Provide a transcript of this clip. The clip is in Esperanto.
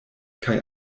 kaj